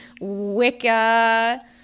wicca